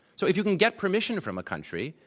so if you can get permission from a country,